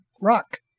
rock